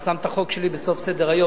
הוא שם את החוק שלי בסוף סדר-היום.